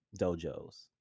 dojos